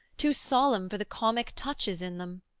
too solemn for the comic touches in them,